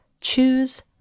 choose